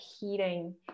heating